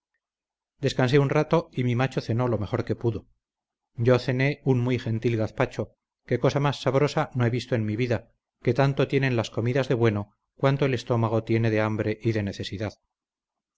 descansé un rato y mi macho cenó lo mejor que pudo yo cené un muy gentil gazpacho que cosa más sabrosa no he visto en mi vida que tanto tienen las comidas de bueno cuanto el estómago tiene de hambre y de necesidad